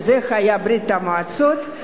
זו ברית-המועצות.